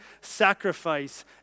sacrifice